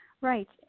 Right